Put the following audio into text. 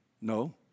no